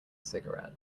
cigarette